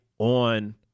on